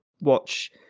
watch